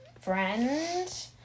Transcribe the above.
friend